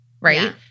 right